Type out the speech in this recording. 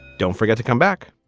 don't forget to come back